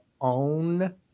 own